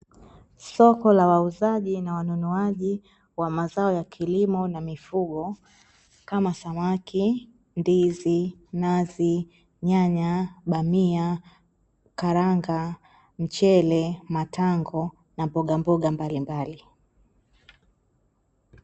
Soko la wauzaji na wanunuaji, wa mazao ya kilimo na mifugo; kama samaki, ndizi, nazi, nyanya, bamia, karanga, mchele, matango na mbogamboga mbalimbali.